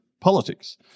politics